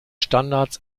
standards